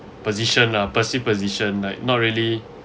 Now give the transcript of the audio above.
position lah passive position like not really